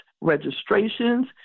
registrations